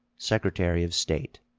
secretary of state.